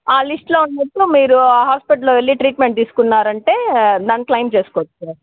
ఆ లిస్టులో ఉన్నట్టు మీరు ఆ హాస్పిటల్లో వెళ్ళి మీరు ట్రీటుమెంట్ తీసుకున్నారంటే దాన్ని క్లెయిం చేసుకొచ్చు